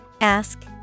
Ask